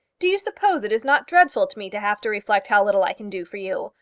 do you suppose it is not dreadful to me to have to reflect how little i can do for you?